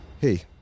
Hey